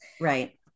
Right